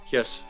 Yes